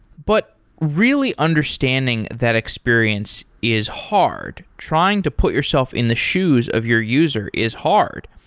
but really understanding that experience is hard. trying to put yourself in the shoes of your user is hard.